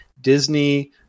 Disney